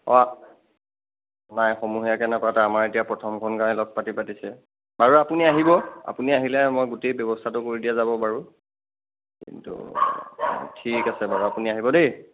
অঁ নাই সমূহীয়াকৈ নাপাতে আমাৰ এতিয়া প্ৰথমখন গাঁৱে লগপাতি পাতিছে বাৰু আপুনি আহিব আপুনি আহিলে মই গোটেই ব্যৱস্থাটো কৰি দিয়া যাব বাৰু কিন্তু ঠিক আছে আপুনি আহিব দেই